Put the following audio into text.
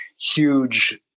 huge